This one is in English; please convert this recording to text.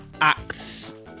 acts